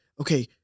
okay